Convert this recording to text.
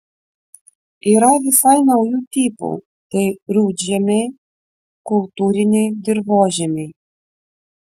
yra visai naujų tipų tai rudžemiai kultūriniai dirvožemiai